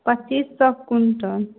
पचीस सओके क्विन्टल